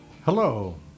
Hello